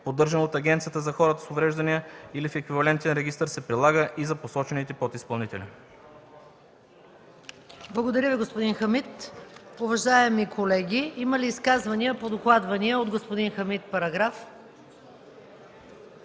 поддържан от Агенцията за хората с увреждания, или в еквивалентен регистър се прилага и за посочените подизпълнители.” ПРЕДСЕДАТЕЛ МАЯ МАНОЛОВА: Благодаря Ви, господин Хамид. Уважаеми колеги, има ли изказвания по докладвания от господин Хамид параграф?